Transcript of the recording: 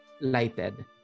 lighted